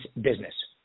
business